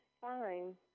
fine